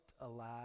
alive